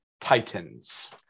titans